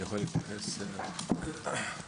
בבקשה.